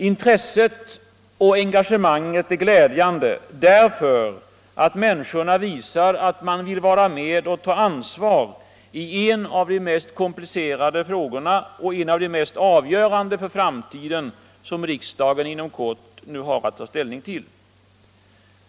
Intresset och engagemanget är glädjande, därför att människorna visar att de vill vara med och ta ansvar i en av de mest komplicerade frågorna och en av de mest avgörande för framtiden, som riksdagen inom kort har att ta ställning till.